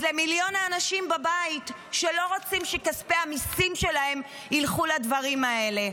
אז למיליון האנשים בבית שלא רוצים שכספי המיסים שלהם ילכו לדברים האלה,